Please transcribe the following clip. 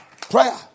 prayer